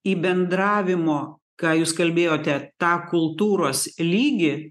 į bendravimo ką jūs kalbėjote tą kultūros lygį